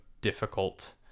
difficult